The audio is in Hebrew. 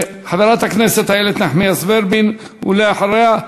חברת הכנסת איילת נחמיאס ורבין, ואחריה,